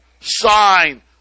sign